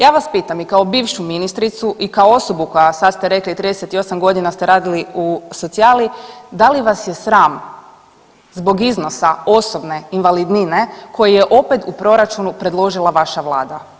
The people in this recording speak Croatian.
Ja vas pitam i kao bivšu ministricu i kao osobu koja, sad ste rekli, 38 godina ste radili u socijali, da li vas je sram zbog iznosa osobne invalidnine, koji je opet u Proračunu predložila vaša Vlada?